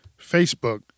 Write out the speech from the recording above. Facebook